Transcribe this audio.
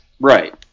Right